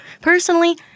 Personally